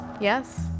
Yes